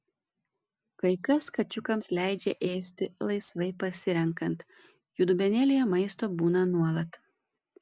kai kas kačiukams leidžia ėsti laisvai pasirenkant jų dubenėlyje maisto būna nuolat